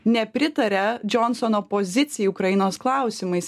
nepritaria džionsono pozicijai ukrainos klausimais